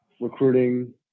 recruiting